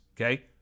okay